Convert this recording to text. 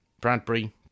Bradbury